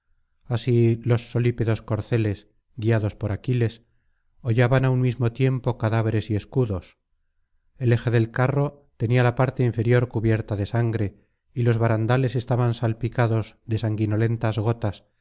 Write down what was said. así los solípedos corceles guiados por aquiles hollaban á un mismo tiempo cadáveres y escudos el eje del carro tenía la parte inferior cubierta de sangre y los barandales estaban salpicados de sanguinolentas gotas